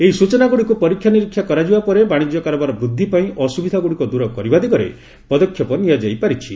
ଏହି ସୂଚନାଗୁଡ଼ିକୁ ପରୀକ୍ଷା ନିରୀକ୍ଷା କରାଯିବା ପରେ ବାଣିଜ୍ୟ କାରବାର ବୃଦ୍ଧି ପାଇଁ ଅସୁବିଧାଗୁଡ଼ିକ ଦୁର କରିବା ଦିଗରେ ପଦକ୍ଷେପ ନିଆଯାଇପାରିଛି